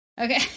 Okay